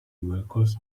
workers